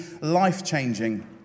life-changing